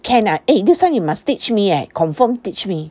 can ah eh this one you must teach me eh confirm teach me